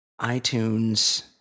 iTunes